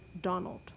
Donald